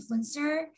influencer